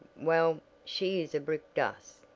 well, she is brick-dust,